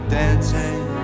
dancing